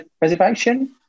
reservation